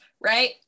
right